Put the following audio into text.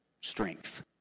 strength